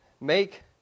make